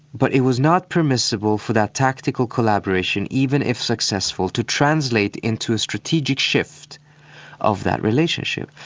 but it was not permissible for that tactical collaboration even if successful to translate into a strategic shift of that relationship.